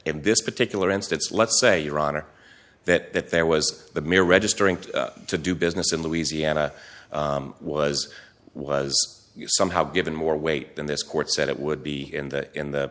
in this particular instance let's say your honor that there was the mere registering to do business in louisiana was was somehow given more weight than this court said it would be in the in the